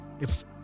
if-